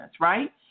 right